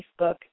Facebook